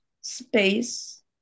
space